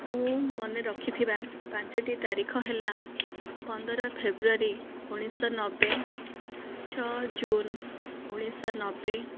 ମୁଁ ମନେ ରଖିଥିବା ପାଞ୍ଚଟି ତାରିଖ ହେଲା ପନ୍ଦର ଫେବ୍ରୁଆରୀ ଉଣାଇଶ ଶହ ନବେ ଛଅ ଜୁନ ଉଣାଇଶ ଶହ ନବେ